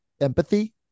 empathy